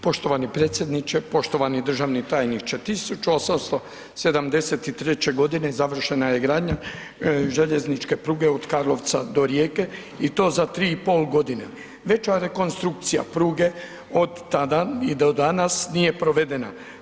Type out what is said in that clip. Poštovani predsjedniče, poštovani državni tajniče, 1873. g. završena je gradnja željezničke pruge od Karlovca do Rijeke i to za 3,5 g. Veća rekonstrukcija pruge, od tada, i do danas nije provedena.